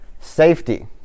Safety